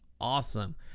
awesome